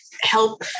help